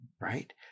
right